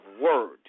Word